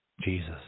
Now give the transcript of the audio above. Jesus